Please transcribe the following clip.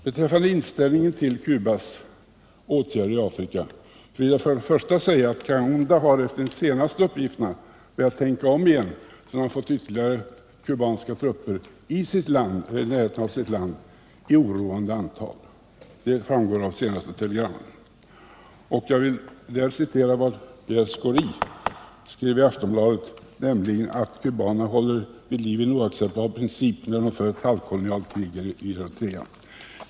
Beträffande inställningen till Cubas åtgärder i Afrika vill jag säga att Kaunda enligt de senaste uppgifterna har börjat tänka om, sedan han fått ytterligare kubanska trupper i oroande antal i och nära sitt land. Jag vill vidare hänvisa till vad Pierre Schori skrev i Aftonbladet, nämligen att kubanerna håller vid liv en oacceptabel princip, när de för ett halvkolonialt krig i Eritrea.